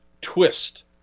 twist